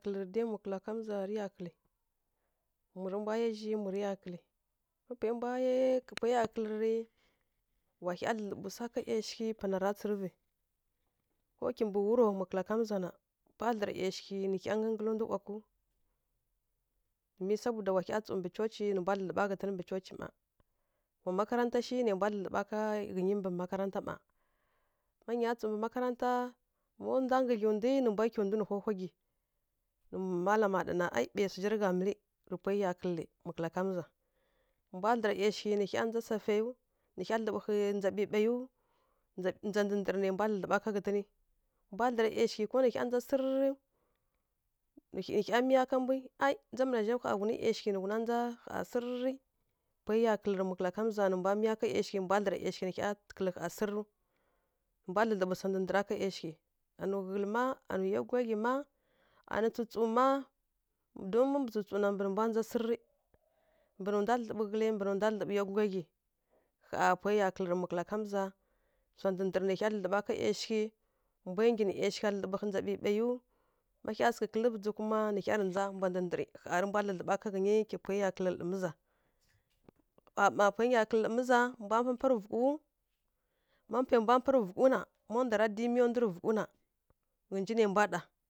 Zhi dai mukǝla kamza rǝ ya kǝli. Mu mbwa yá zhi, mu rǝ ya kǝli, má pwarǝ mbwa. Kǝli rǝ, wa hya dlǝdlǝɓǝ swi pana ra tsǝrǝvǝ. Má kimbǝ wuro mukǝla kamza na, mbwa dlǝra ˈyashighǝ nǝ hya nggǝngǝlǝw ndu ˈwaghǝw. domin sabuda wa hya tsǝw mbǝ coci, nǝ mbwa dlǝdlǝɓa ghǝtǝn mbǝ coci mma. Wa makaranta shi wa mbwa dlǝdlǝba ká ghǝnyi mbǝ makaranta mma. Má nya tsǝw mbǝ makaranta, má ndwa nggǝdlyi ndwi nǝ mbwa kyi ndu nǝ hwa-hwa gyi, nǝ malama ɗana ɓai swu zha rǝ gha mǝlǝ rǝ pwai ya kǝlǝrǝ mu kǝla kamza. Mbwa dlǝra ˈyashighǝ nǝ hya ndza safayiw, nǝ hya dlǝɓǝ ndza ɓǝɓayiw, ndz ndza ndǝrǝ nai mbwa dlǝdlǝɓa ká ghǝtǝni. Mbwa dlǝra ˈyashighǝ ko nǝ hya ndza sǝrǝrǝw nǝ hya miya ká mbwi, ai ndza mǝnazha ƙha nǝ nuwa ghuni ˈyashighǝ nǝ hya ndza sǝrǝri. Pwai ya kǝli rǝ mukǝla kamza nǝ mbwa miya ka ˈyashighǝ mbwa dlǝra ˈyasghighǝ nǝ kǝli ƙha sǝrǝrǝw. Nǝ mbwa dlǝdlǝbǝ swa ndǝra ká ˈyashighǝ. Anuwi ghǝlǝ má, anuwi yá gudlaghyi má, anuwi tsǝtsǝw má, domin má mbǝ tsǝtsǝw na, mbǝ nǝ mbwa ndza sǝrǝrǝ. Mbǝ ndwa dlǝdlǝbǝ ghǝlǝ, mbǝ ndwa dlǝdlǝɓǝ yá gudlyaghyi. Ƙha pwai ya kǝlǝrǝ muka kamza. Swa ndǝ ndǝrǝ nai hya dlǝdlǝɓǝ ká ˈyashighǝ, mbwai nggyi nǝ ˈyashighǝ dlǝdlǝɓǝ ndza ɓǝɓaiyiw, má hya sǝghǝ kǝlǝvǝ dzǝvǝ kuma nǝ hya rǝ ndza mbwa ndǝ ndǝrǝ ƙha rǝ mbwa dlǝdlǝɓa ka ghǝnyi tǝ pwai ya kǝlǝ rǝ lǝ miza. Ƙha mma pwai ya kǝlǝ rǝ lǝ miza mbwa mpǝmparǝ vughǝw. Má pwai mpamparǝ vughǝ nǝ ndwara dyi miya ndu rǝ vughǝ na, ghǝnji nai mbwa ɗa.